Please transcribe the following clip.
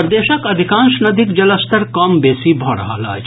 प्रदेशक अधिकांश नदीक जलस्तर कम बेसी भऽ रहल अछि